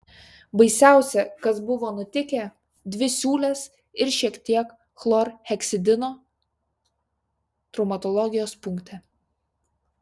baisiausia kas buvo nutikę dvi siūlės ir šiek tiek chlorheksidino traumatologijos punkte